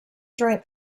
drank